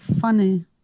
funny